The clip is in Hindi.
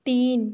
तीन